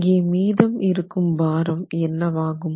இங்கே மீதம் இருக்கும் பாரம் என்னவாகும்